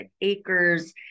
acres